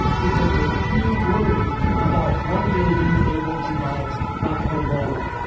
because you're too worried about one day being able to buy a corolla.